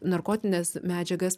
narkotines medžiagas